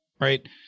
right